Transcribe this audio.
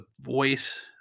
voice